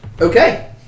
Okay